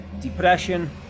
depression